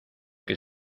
que